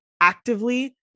actively